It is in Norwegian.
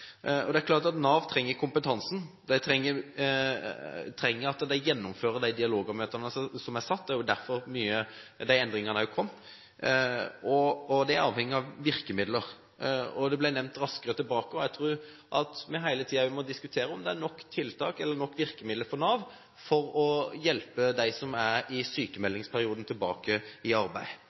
Det er klart av Nav trenger kompetansen, de trenger å gjennomføre de dialogmøtene som er satt – det er vel derfor mange av disse endringer har kommet – og de er avhengig av virkemidler. «Raskere tilbake» ble nevnt, og jeg tror at vi hele tiden må diskutere om Nav har nok tiltak og virkemidler til å hjelpe dem som er i en sykmeldingsperiode, tilbake i arbeid.